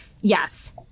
Yes